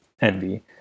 envy